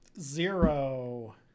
Zero